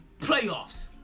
Playoffs